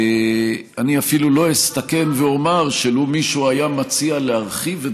אני אפילו לא אסתכן ואומר שלו מישהו היה מציע להרחיב את